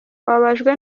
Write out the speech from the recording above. ababajwe